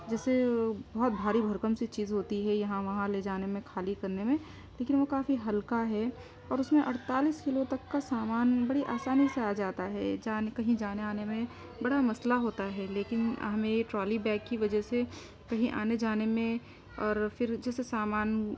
جیسے بہت بھاری بھرکم سی چیز ہوتی ہے یہاں وہاں لے جانے میں خالی کرنے میں لیکن وہ کافی ہلکا ہے اور اس میں اڑتالیس کلو تک کا سامان بڑی آسانی سے آ جاتا ہے جانے کہیں جانے آنے میں بڑا مسٔلہ ہوتا ہے لیکن ہمیں یہ ٹرالی بیگ کی وجہ سے کہیں آنے جانے میں اور پھر جیسے سامان